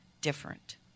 different